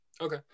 Okay